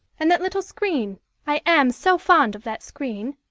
and that little screen i am so fond of that screen